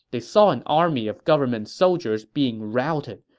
they saw an army of government soldiers being routed,